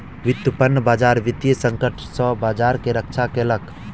व्युत्पन्न बजार वित्तीय संकट सॅ बजार के रक्षा केलक